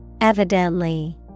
Evidently